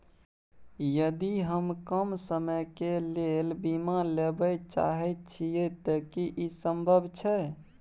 यदि हम कम समय के लेल बीमा लेबे चाहे छिये त की इ संभव छै?